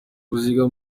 kuziga